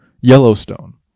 Yellowstone